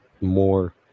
more